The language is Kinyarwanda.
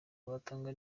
twatanga